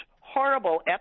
horrible